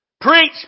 Preach